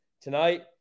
Tonight